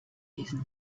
diesen